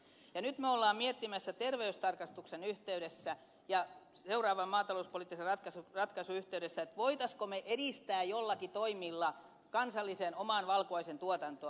nyt me olemme miettimässä terveystarkastuksen yhteydessä ja seuraavan maatalouspoliittisen ratkaisun yhteydessä voisimmeko me edistää joillakin toimilla kansallisen oman valkuaisen tuotantoa